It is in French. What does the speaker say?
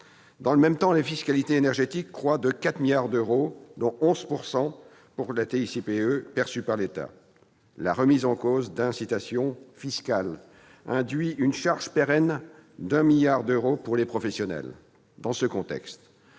Dans le même temps, la fiscalité énergétique croît de 4 milliards d'euros ; la part de la TICPE perçue par l'État augmente pour sa part de 11 %. La remise en cause d'incitations fiscales induit une charge pérenne de 1 milliard d'euros pour les professionnels. Dans ce contexte,